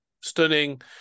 stunning